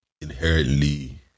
inherently